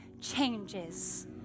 changes